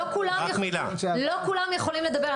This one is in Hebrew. לא כולם יכולים לדבר.